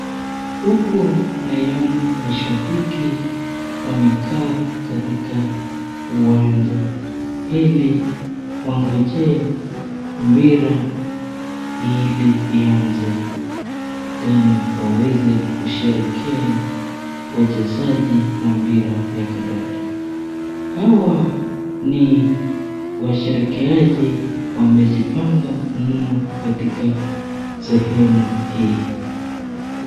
Huku naiona mashabiki wamekaa katika uwanja ili wangonjee mpira ili ianze tena waweze kusherehekea wachezaji wa mpira ya kandanda hawa ni washerekeji wamejipanga mno katika sehemu hii.